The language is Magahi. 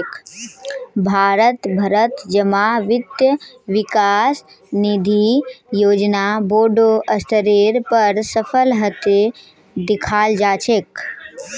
भारत भरत जमा वित्त विकास निधि योजना बोडो स्तरेर पर सफल हते दखाल जा छे